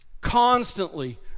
Constantly